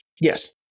Yes